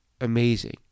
amazing